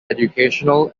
educational